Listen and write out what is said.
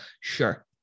sure